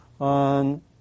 on